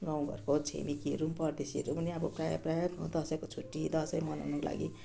गाउँघरको छिमेकीहरू परदेशीहरू पनि अब प्रायः प्रायः दसैँको छुट्टी दसैँ मनाउनको लागि